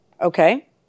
Okay